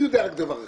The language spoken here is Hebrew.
אני יודע רק דבר אחד.